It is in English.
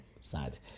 sad